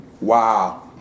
Wow